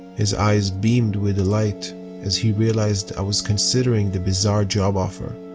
his eyes beamed with delight as he realized i was considering the bizarre job offer.